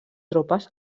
tropes